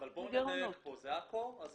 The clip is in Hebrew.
אני